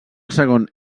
segon